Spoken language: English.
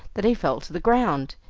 that he fell to the ground.